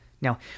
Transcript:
Now